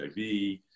HIV